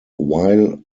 while